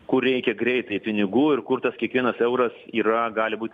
kur reikia greitai pinigų ir kur tas kiekvienas euras yra gali būti